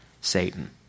Satan